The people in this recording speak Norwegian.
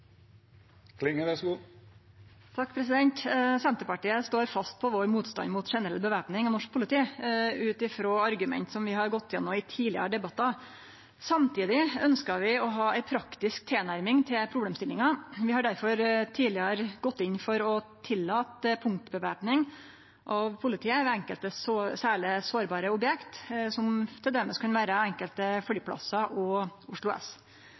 Senterpartiet står fast på motstanden vår mot generell væpning av norsk politi ut frå argument vi har gått igjennom i tidlegare debattar. Samtidig ønskjer vi å ha ei praktisk tilnærming til problemstillinga. Vi har derfor tidlegare gått inn for å tillate punktvæpning av politiet ved enkelte særleg sårbare objekt. Dette kan t.d. vere enkelte flyplassar og Oslo S.